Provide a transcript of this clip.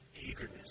eagerness